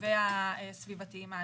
והסביבתיים האדירים.